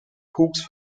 hughes